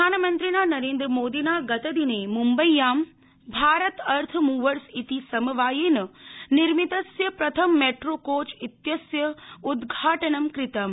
प्रधानमन्त्रिणा नरेन्द्रमोदिना गतदिने मुम्बय्यां भारत अर्थ मूवर्स इति समवायेन निर्मितस्य प्रथम मैट्रो कोच् इत्यस्य उद्घाटनं कृतम्